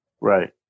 right